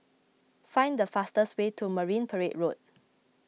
find the fastest way to Marine Parade Road